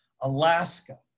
Alaska